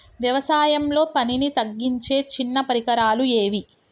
వ్యవసాయంలో పనిని తగ్గించే చిన్న పరికరాలు ఏవి?